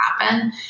happen